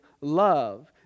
love